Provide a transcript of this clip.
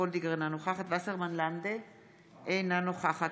אינה נוכחת